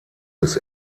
des